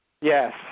Yes